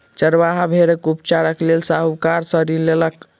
चरवाहा भेड़क उपचारक लेल साहूकार सॅ ऋण लेलक